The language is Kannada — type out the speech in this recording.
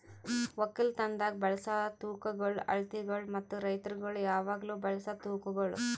ಒಕ್ಕಲತನದಾಗ್ ಬಳಸ ತೂಕಗೊಳ್, ಅಳತಿಗೊಳ್ ಮತ್ತ ರೈತುರಗೊಳ್ ಯಾವಾಗ್ಲೂ ಬಳಸ ತೂಕಗೊಳ್